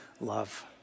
love